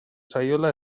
zaiola